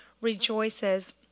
rejoices